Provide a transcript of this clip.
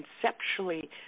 conceptually